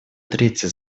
третье